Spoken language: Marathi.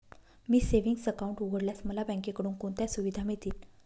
मी सेविंग्स अकाउंट उघडल्यास मला बँकेकडून कोणत्या सुविधा मिळतील?